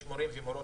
יש מורים ומורות,